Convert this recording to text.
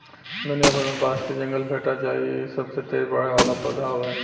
दुनिया भर में बांस के जंगल भेटा जाइ इ सबसे तेज बढ़े वाला पौधा हवे